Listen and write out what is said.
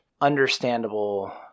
understandable